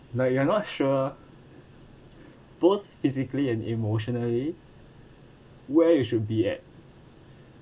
like you're not sure both physically and emotionally where you should be at